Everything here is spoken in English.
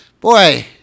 boy